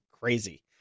crazy